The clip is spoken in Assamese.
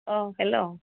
অঁ হেল্ল'